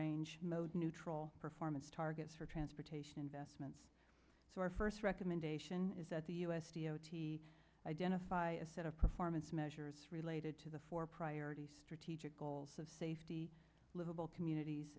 range mode neutral performance targets for transportation investments so our first recommendation is that the u s d o t identify a set of performance measures related to the four priority strategic goals of safety livable communities